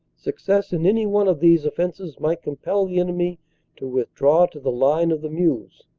success in anyone of these offensives might compel the enemy to withdraw to the line of the meuse.